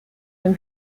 dem